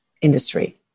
industry